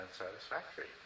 unsatisfactory